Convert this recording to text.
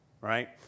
right